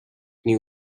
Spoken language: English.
new